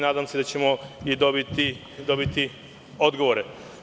Nadam se da ćemo dobiti odgovore.